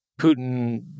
Putin